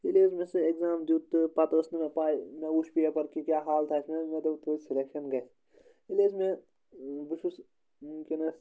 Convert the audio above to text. ییٚلہِ حظ مےٚ سُہ اٮ۪گزام دیُت تہٕ پَتہٕ ٲس نہٕ مےٚ پَے مےٚ وٕچھ پیپَر کہِ کیٛاہ حالتَہ گٔے مےٚ دوٚپ توتہِ سِلٮ۪کشَن گژھِ ییٚلہِ حظ مےٚ بہٕ چھُس وٕنۍکٮ۪نَس